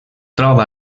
troba